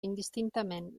indistintament